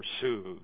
pursued